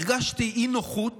הרגשתי אי-נוחות